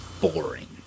boring